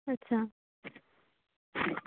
ᱟᱪᱪᱷᱟ